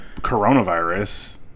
coronavirus